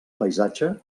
paisatge